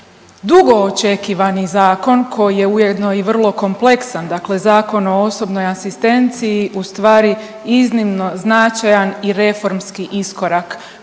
dugoočekivani zakon koji je ujedno i vrlo kompleksan, dakle Zakon o osobnoj asistenciji ustvari iznimno značajan i reformski iskorak, posebice ako ga gledamo